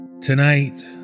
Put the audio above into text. Tonight